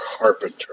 Carpenter